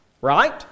right